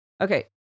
Okay